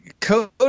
Code